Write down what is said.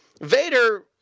Vader